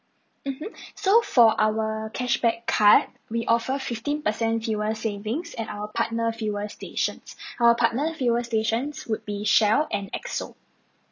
mmhmm so for our cashback card we offer fifteen percent fuel savings at our partner fuel stations our partner fuel stations would be shell and esso